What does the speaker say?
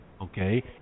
okay